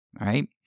right